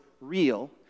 real